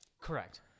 Correct